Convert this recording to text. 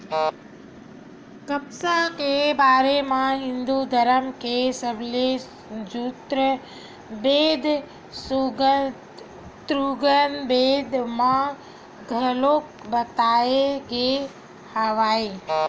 कपसा के बारे म हिंदू धरम के सबले जुन्ना बेद ऋगबेद म घलोक बताए गे हवय